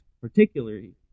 particularly